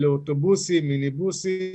אוטובוסים, מיניבוסים